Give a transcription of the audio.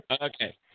Okay